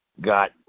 got